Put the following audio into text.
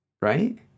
Right